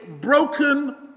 broken